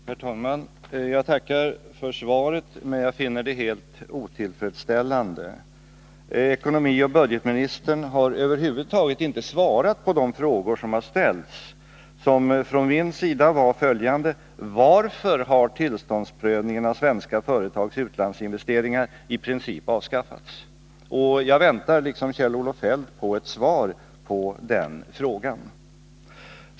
Herr talman! Jag tackar för svaret, men jag finner det helt otillfredsställande. Ekonomioch budgetministern har över huvud taget inte svarat på de frågor som har ställts. Frågan från min sida var följande: Varför har tillståndsprövningen av svenska företags utlandsinvesteringar i princip avskaffats? Jag väntar liksom Kjell-Olof Feldt på ett svar på den frågan.